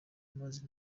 amazi